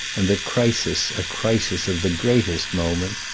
and the crisis a crisis of the greatest moment.